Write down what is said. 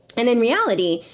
and in reality,